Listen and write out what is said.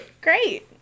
Great